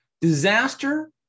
Disaster